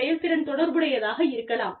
செயல்திறன் தொடர்புடையதாக இருக்கலாம்